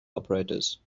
operators